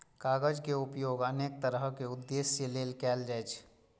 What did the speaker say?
कागज के उपयोग अनेक तरहक उद्देश्य लेल कैल जाइ छै